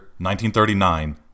1939